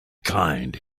kind